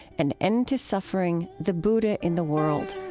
an end to suffering the buddha in the world